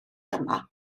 yma